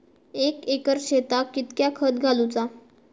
एक एकर शेताक कीतक्या खत घालूचा?